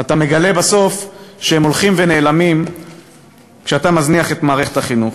אתה מגלה בסוף שהם הולכים ונעלמים כשאתה מזניח את מערכת החינוך.